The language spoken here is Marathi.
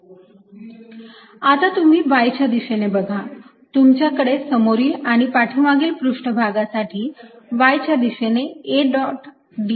ds2×L2dydz2 L2 1dydz2L3 आता तुम्ही y च्या दिशेने बघा तुमच्याकडे समोरील आणि पाठीमागील पृष्ठभागासाठी y च्या दिशेने A